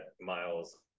miles